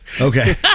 Okay